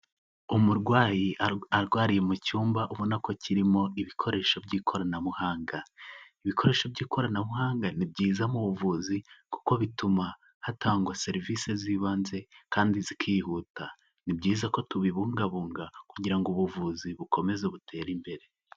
Umurwayi, arwariye mu cyumba ubona ko kirimo ibikoresho by'ikoranabuhanga, ibikoresho by'ikoranabuhanga ni byiza mu buvuzi kuko bituma hatangwa serivisi z'ibanze kandi zikihuta, ni byiza ko tubibungabunga kugira ngo ubuvuzi bukomeze butere imbere.